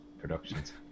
productions